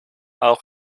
auch